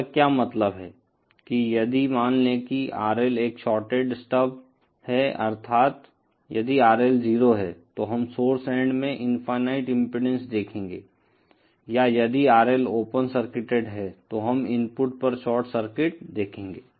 इसका क्या मतलब है कि यदि मान लें कि RL एक शॉर्टेड स्टब है अर्थात यदि RL 0 है तो हम सोर्स एन्ड में इनफाईनाईट इम्पीडेन्स देखेंगे या यदि RL ओपन सर्किटेड है तो हम इनपुट पर शॉर्ट सर्किट देखेंगे